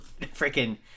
freaking